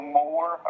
more